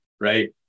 right